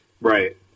right